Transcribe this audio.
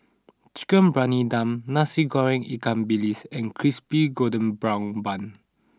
Chicken Briyani Dum Nasi Goreng Ikan Bilis and Crispy Golden Brown Bun